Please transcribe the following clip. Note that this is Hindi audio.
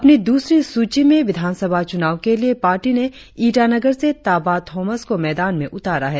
अपनी द्रसरी सूची में विधानसभा चुनाव के लिए पार्टी ने ईटानगर से ताबा थॉमस को मैदान में उतारा है